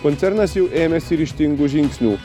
koncernas jau ėmėsi ryžtingų žingsnių